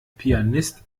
pianist